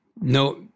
no